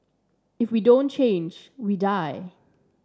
if we don't change we die